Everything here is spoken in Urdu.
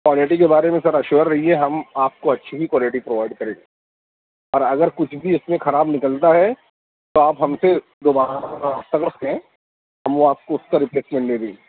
کوالٹی کے بارے میں سر ایشیور رہیے ہم آپ کو اچھی ہی کوالٹی پرووائڈ کریں گے اور اگر کچھ بھی اس میں خراب نکلتا ہے تو آپ ہم سے دوبارہ رابطہ ہم وہ آپ کو اس کا رپلیسمنٹ دے دیں گے